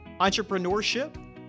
entrepreneurship